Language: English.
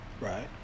Right